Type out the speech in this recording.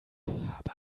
habe